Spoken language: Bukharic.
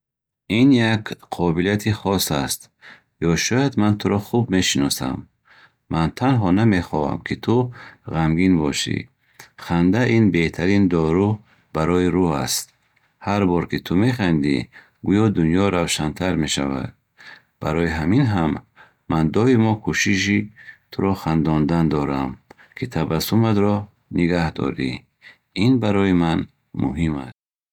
Ин як қобилияти хос аст, ё шояд ман туро хуб мешиносам. Ман танҳо намехоҳам, ки ту ғамгин бошӣ. Ханда ин беҳтарин дору барои рӯҳ аст. Ҳар бор, ки ту механдӣ, гӯё дунё равшантар мешавад. Барои ҳамин ҳам ман доимо кӯшиши туро хандондан дорам, ки табассуматро нигоҳ дорам. Ин барои ман муҳим аст.